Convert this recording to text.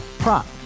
prop